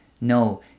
No